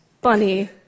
bunny